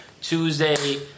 Tuesday